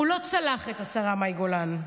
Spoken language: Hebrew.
הוא לא צלח את השרה מאי גולן.